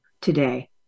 today